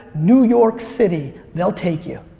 new york city, they'll take you.